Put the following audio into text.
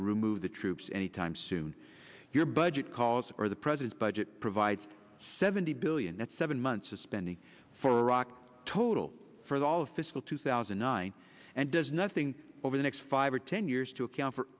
remove the troops any time soon your budget calls or the president's budget provides seventy billion that's seven months of spending for iraq total for the all of fiscal two thousand and nine and does nothing over the next five or ten years to account for